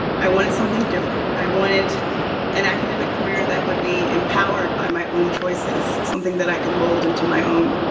i wanted something different. i wanted an academic career that would be empowered by my own choices, something that i could mold into my own.